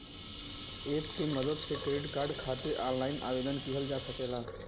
app के मदद से क्रेडिट कार्ड खातिर ऑनलाइन आवेदन किहल जा सकला